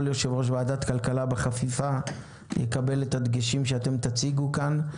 יושב-ראש ועדת כלכלה בחפיפה ויקבל את הדגשים שתציגו כאן.